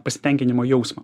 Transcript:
pasitenkinimo jausmą